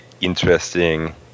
interesting